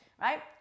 right